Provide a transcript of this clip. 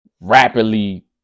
rapidly